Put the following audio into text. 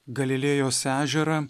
galilėjos ežerą